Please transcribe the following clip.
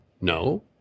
No